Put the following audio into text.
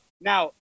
now